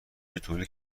تولید